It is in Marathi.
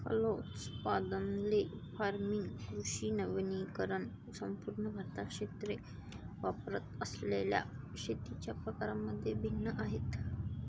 फलोत्पादन, ले फार्मिंग, कृषी वनीकरण संपूर्ण भारतात क्षेत्रे वापरत असलेल्या शेतीच्या प्रकारांमध्ये भिन्न आहेत